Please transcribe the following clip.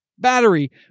battery